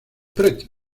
pretty